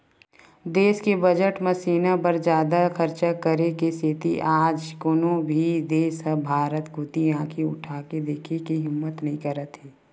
देस के बजट म सेना बर जादा खरचा करे के सेती आज कोनो भी देस ह भारत कोती आंखी उठाके देखे के हिम्मत नइ करत हे